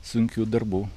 sunkių darbų